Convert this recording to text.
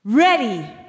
Ready